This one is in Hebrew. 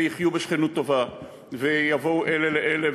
יחיו בשכנות טובה ויבואו אלה לאלה,